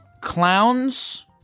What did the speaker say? clowns